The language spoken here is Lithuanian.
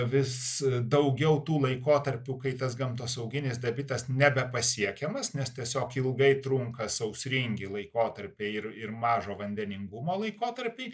vis daugiau tų laikotarpių kai tas gamtosauginis debitas nebepasiekiamas nes tiesiog ilgai trunka sausringi laikotarpiai ir ir mažo vandeningumo laikotarpiai